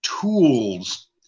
tools